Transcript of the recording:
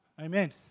Amen